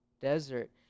desert